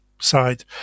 side